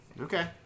Okay